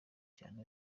cyane